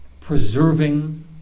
preserving